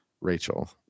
rachel